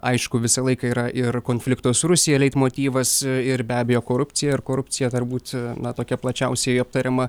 aišku visą laiką yra ir konflikto su rusija leitmotyvas ir be abejo korupcija ir korupcija turbūt na tokia plačiausiai aptariama